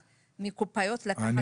מקופאיות לקחת את זה?